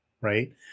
right